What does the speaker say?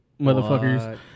motherfuckers